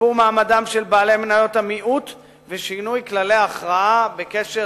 שיפור מעמדם של בעלי מניות המיעוט ושינוי כללי ההכרעה בקשר